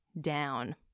down